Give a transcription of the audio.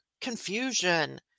confusion